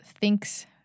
thinks